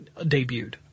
debuted